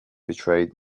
betrayed